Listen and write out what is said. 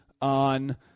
on